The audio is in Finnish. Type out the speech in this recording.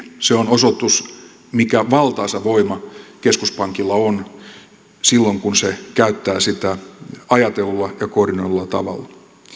se on osoitus siitä mikä valtaisa voima keskuspankilla on silloin kun se käyttää sitä ajatellulla ja koordinoidulla tavalla